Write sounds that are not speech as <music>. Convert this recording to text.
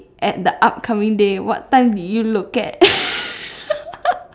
at the upcoming day what time do you look at <laughs>